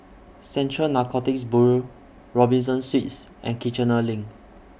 Central Narcotics Bureau Robinson Suites and Kiichener LINK